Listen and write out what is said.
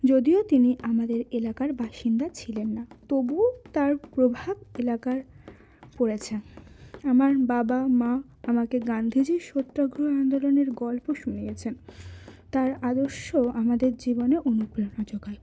যদিও তিনি আমাদের এলাকার বাসিন্দা ছিলেন না তবু তার প্রভাব এলাকার পড়েছে আমার বাবা মা আমাকে গান্ধীজির সত্যাগ্রহ আন্দোলনের গল্প শুনিয়েছেন তার আদর্শ আমাদের জীবনে অনুপ্রেরণা জোগায়